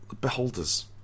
Beholders